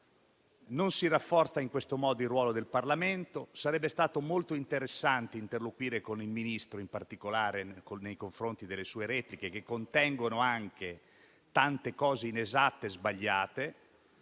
Non si rafforza in questo modo il ruolo del Parlamento. Sarebbe invece stato molto interessante interloquire con il Ministro, in particolare dopo le sue repliche, che contengono anche tante cose inesatte sbagliate,